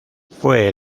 fue